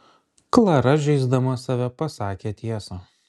klara žeisdama save pasakė tiesą